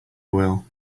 will